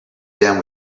down